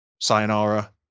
Sayonara